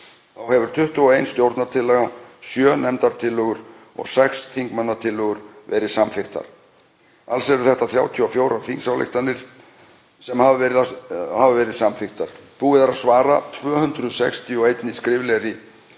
Þá hefur 21 stjórnartillaga, 7 nefndartillögur og 6 þingmannatillögur verið samþykktar. Alls hafa 34 þingsályktanir verið samþykktar. Búið er að svara 261 skriflegri